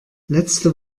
letzte